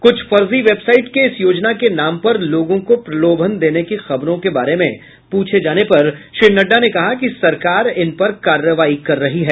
कुछ फर्जी वेबसाइट के इस योजना के नाम पर लोगों को प्रलोभन देने की खबरों के बारे में पूछे जाने पर श्री नड्डा ने कहा कि सरकार इन पर कार्रवाई कर रही है